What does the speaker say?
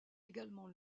également